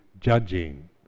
judging